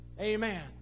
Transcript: Amen